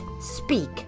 speak